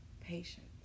patience